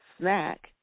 snack